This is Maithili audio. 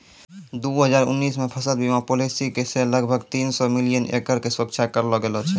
दू हजार उन्नीस मे फसल बीमा पॉलिसी से लगभग तीन सौ मिलियन एकड़ के सुरक्षा करलो गेलौ छलै